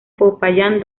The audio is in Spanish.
popayán